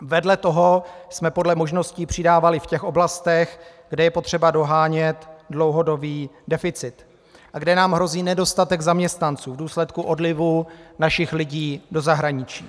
Vedle toho jsme podle možností přidávali v těch oblastech, kde je potřeba dohánět dlouhodobý deficit a kde nám hrozí nedostatek zaměstnanců v důsledku odlivu našich lidí do zahraničí.